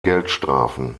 geldstrafen